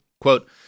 quote